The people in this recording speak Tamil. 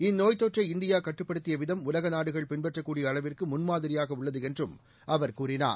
இந்நோய்த் தொற்றை இந்தியா கட்டுப்படுத்திய விதம் உலக நாடுகள் பின்பற்றக்கூடிய அளவிற்கு முன்மாதிரியாக உள்ளது என்றும் அவர் கூறினார்